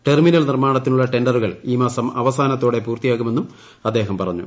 terminal നിർമ്മാണത്തിനുള്ള ടെൻഡറുകൾ ഈ മാസം അവസാനത്തോടെ പൂർത്തിയാകുമെന്നും അദ്ദേഹം പറഞ്ഞു